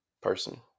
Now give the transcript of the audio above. Person